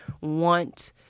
Want